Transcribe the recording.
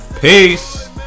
Peace